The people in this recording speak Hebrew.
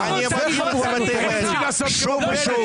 שוב ושוב,